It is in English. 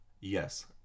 yes